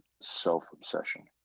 self-obsession